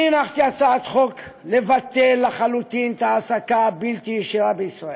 אני הנחתי הצעת חוק לבטל לחלוטין את ההעסקה הבלתי-ישירה בישראל.